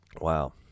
Wow